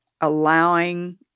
allowing